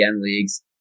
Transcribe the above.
leagues